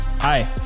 Hi